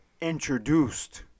Introduced